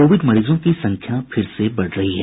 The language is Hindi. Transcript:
कोविड मरीजों की संख्या फिर से बढ़ रही है